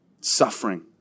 suffering